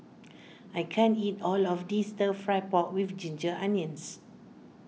I can't eat all of this Stir Fry Pork with Ginger Onions